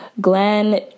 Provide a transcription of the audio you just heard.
Glenn